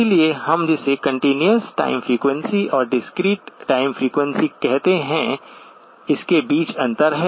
इसलिए हम जिसे कंटीन्यूअस टाइम फ़्रीक्वेंसी और डिस्क्रीट टाइम फ़्रीक्वेंसी कहते हैं उसके बीच अंतर है